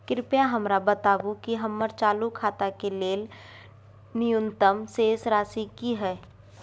कृपया हमरा बताबू कि हमर चालू खाता के लेल न्यूनतम शेष राशि की हय